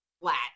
flat